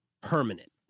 permanent